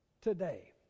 today